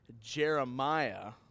Jeremiah